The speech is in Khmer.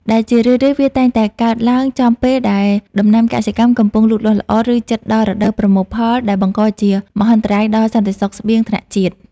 ដែលជារឿយៗវាតែងតែកើតឡើងចំពេលដែលដំណាំកសិកម្មកំពុងលូតលាស់ល្អ ឬជិតដល់រដូវប្រមូលផល ដែលបង្កជាមហន្តរាយដល់សន្តិសុខស្បៀងថ្នាក់ជាតិ។